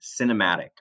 cinematic